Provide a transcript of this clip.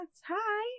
hi